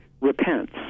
repents